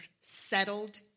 settled